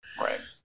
Right